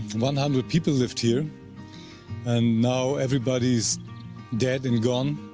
one hundred people lived here and now everybody's dead and gone.